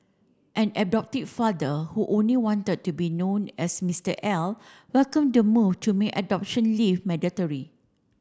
an adoptive father who only wanted to be known as Mister L welcomed the move to make adoption leave mandatory